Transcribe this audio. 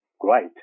great